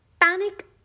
panic